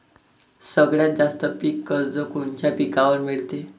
सगळ्यात जास्त पीक कर्ज कोनच्या पिकावर मिळते?